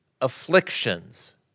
afflictions